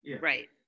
Right